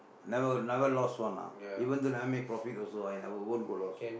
never never lost one ah even though never make profit also ah it won't go lost